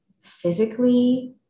physically